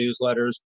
newsletters